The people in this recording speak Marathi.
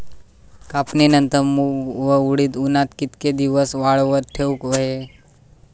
कापणीनंतर मूग व उडीद उन्हात कितके दिवस वाळवत ठेवूक व्हये?